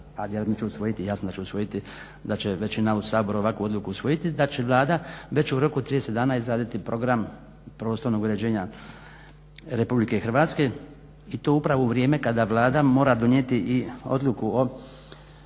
jasno da će usvojiti, da će većina u Saboru ovakvu odluku usvojiti, da će Vlada već u roku 30 dana izraditi Program prostornog uređenja Republike Hrvatske i to upravo u vrijeme kada Vlada mora donijeti i odluku o